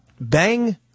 bang